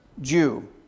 Jew